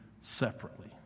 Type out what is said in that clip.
separately